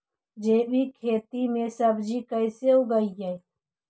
जैविक खेती में सब्जी कैसे उगइअई?